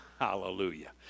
hallelujah